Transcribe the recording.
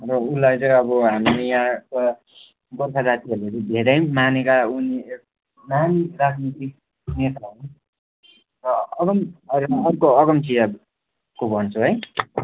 र उनलाई चाहिँ अब हामीले यहाँका गोर्खा जातिहरूले चाहिँ धेरै मानेका उनी एक महान् राजनीतिक नेता हुन् र अगम अर्को आगमसिंहको भन्छु है